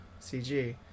CG